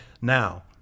Now